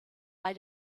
bei